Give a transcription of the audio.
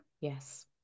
yes